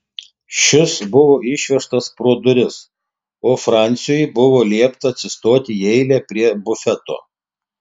šis buvo išvežtas pro duris o franciui buvo liepta atsistoti į eilę prie bufeto